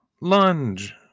Lunge